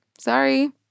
Sorry